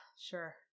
sure